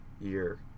year